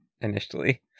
initially